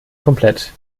komplett